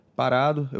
parado